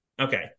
okay